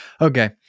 okay